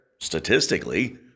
statistically